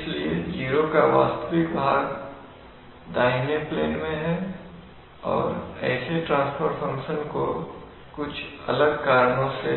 इसलिए जीरो का वास्तविक भाग दाहिने प्लेन में है और ऐसे ट्रांसफर फंक्शन को कुछ अलग कारणों से